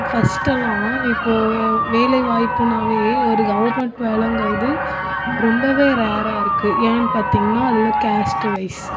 ஃபர்ஸ்ட்டெல்லாம் இப்போது வேலை வாய்ப்புன்னாலே ஒரு கவுர்மெண்ட் வேலைங்குறது ரொம்ப ரேராக இருக்குது ஏன்னு பார்த்திங்ன்னா அதில் கேஸ்ட் வைஸ்